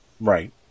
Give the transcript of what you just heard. Right